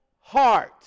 heart